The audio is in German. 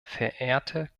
verehrte